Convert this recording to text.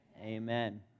amen